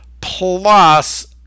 plus